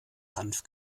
hanf